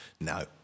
No